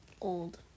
old